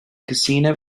casino